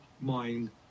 mind